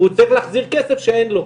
והוא צריך להחזיר כסף שאין לו.